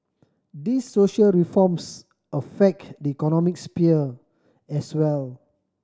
these social reforms affect the economic sphere as well